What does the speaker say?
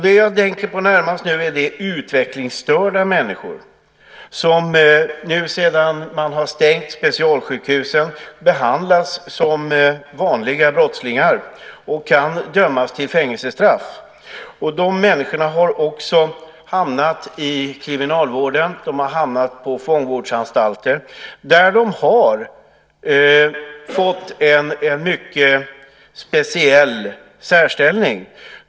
Det jag närmast tänker på är de utvecklingsstörda människor som sedan specialsjukhusen stängdes behandlas som vanliga brottslingar och kan dömas till fängelsestraff. Dessa människor har också hamnat i kriminalvården. De har hamnat på fångvårdsanstalter där de har fått en mycket speciell ställning.